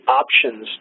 options